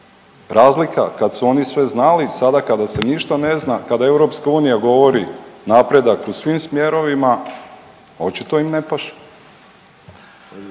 Razlika kad su oni sve znali, sada kada se ništa ne zna, kada EU govori napredak u svim smjerovima, očito im ne paše.